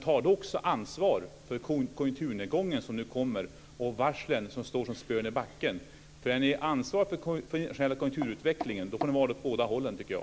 Ta då också ansvar för konjunkturnedgången, som nu kommer, och varslen, som står som spön i backen! Är ni ansvariga för den internationella konjunkturutvecklingen får ni vara det åt båda hållen, tycker jag.